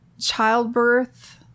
Childbirth